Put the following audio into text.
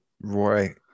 Roy